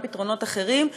וגם פתרונות אחרים,